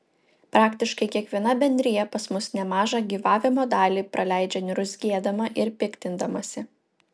praktiškai kiekviena bendrija pas mus nemažą gyvavimo dalį praleidžia niurzgėdama ir piktindamasi